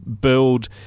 build